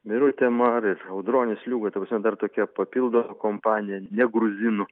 birutė mar ir audronius liūga ta prasme dar tokia papildoma kompanija ne gruzinų